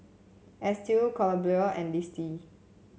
Estill Columbia and Litzy